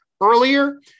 earlier